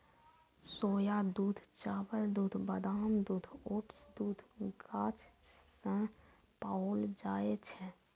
सोया दूध, चावल दूध, बादाम दूध, ओट्स दूध गाछ सं पाओल जाए छै